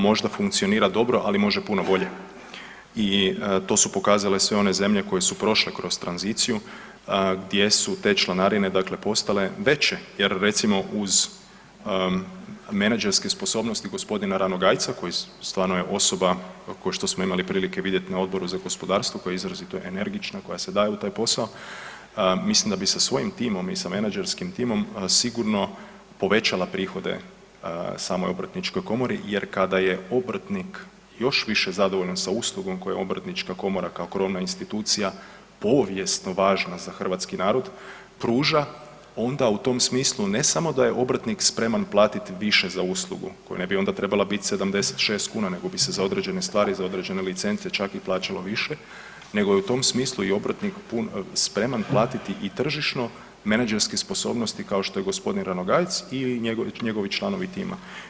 Možda funkcionira dobro, ali može puno bolje i to su pokazale sve one zemlje koje su prošle kroz tranziciju gdje su te članarine postale veće jer recimo uz menadžerske sposobnosti g. Ranogajca koji je stvarno osoba kao što smo imali prilike vidjeti na Odboru za gospodarstvo koja je izrazito energična koja se daje u taj posao, mislim da bi sa svojim timom i sa menadžerskim timom sigurno povećala prihode samoj Obrtničkoj komori jer kada je obrtnik još više zadovoljan sa uslugom koje Obrtnička komora kao krovna institucija povijesno važna za hrvatski narod pruža onda u tom smislu ne samo da je obrtnik spreman platiti više za uslugu koja onda ne bi trebala biti 76 kuna nego bi se za određene stvari, za određene licence plaćalo čak i više nego je u tom smislu i obrtnik spreman platiti i tržišno menadžerske sposobnosti kao što je g. Ranogajec i njegovi članovi tima.